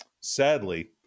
sadly